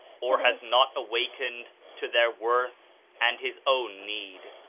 or has not awakened to their worth and his own need.